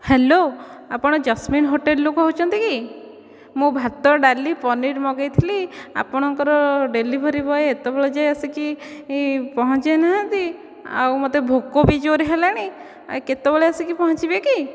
hello ଆପଣ Jasmine hotel ରୁ କହୁଛନ୍ତି କି ମୁଁ ଭାତ ଡ଼ାଲି ପନିର ମଗାଇଥିଲି ଆପଣଙ୍କର ଡେଲିଭରି ବୟ ଏତେବେଳ ଯାଇ ଆସିକି ପହଞ୍ଚି ନାହାନ୍ତି ଆଉ ମୋତେ ଭୋକ ଭି ଜୋରରେ ହେଲାଣି ଆଉ କେତେବେଳେ ଆସିକି ପହଞ୍ଚିବେ କି